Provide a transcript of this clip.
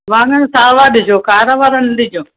वाङण सावा ॾिजो कारा वारा न ॾिजो